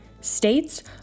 states